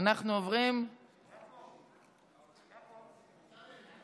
אנחנו עוברים להצעת חוק יישובים ושכונות בהליכי